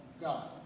God